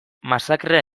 masakrea